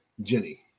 Jenny